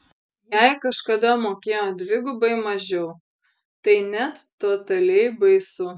jei kažkada mokėjo dvigubai mažiau tai net totaliai baisu